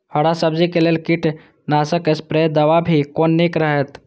हरा सब्जी के लेल कीट नाशक स्प्रै दवा भी कोन नीक रहैत?